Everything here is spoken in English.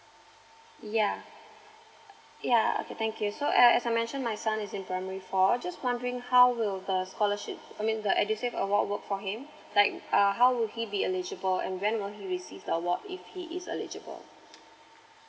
yeah yeah okay thank you so uh as I mentioned my son is in primary four just wondering how will the scholarship I mean the edusave award work for him like err how would he be eligible and when will he receive the award if he is eligible